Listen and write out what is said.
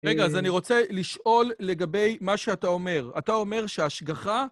רגע, אז אני רוצה לשאול לגבי מה שאתה אומר. אתה אומר שההשגחה...